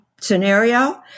scenario